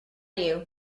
you